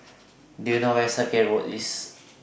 Do YOU know Where IS Circuit Road